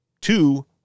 two